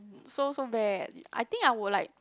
so so bad I think I would like